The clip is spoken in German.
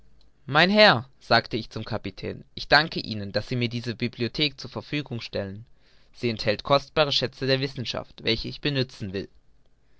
mein herr sagte ich zum kapitän ich danke ihnen daß sie mir diese bibliothek zur verfügung stellen sie enthält kostbare schätze der wissen schaft welche ich benützen will